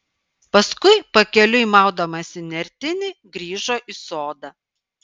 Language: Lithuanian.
paskui pakeliui maudamasi nertinį grįžo į sodą